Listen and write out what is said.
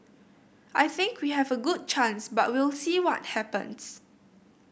I think we have a good chance but we'll see what happens